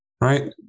right